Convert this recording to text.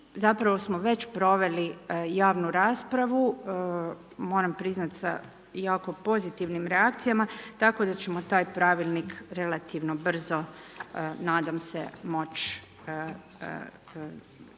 zapravo smo već proveli javnu raspravu, moram priznat sa jako pozitivnim reakcijama tako da ćemo taj pravilnik relativno brzo, nadam se moć i usvojit